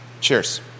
Cheers